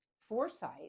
foresight